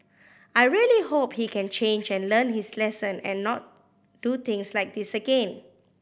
I really hope he can change and learn his lesson and not do things like this again